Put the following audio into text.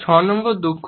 6 নম্বর দুঃখ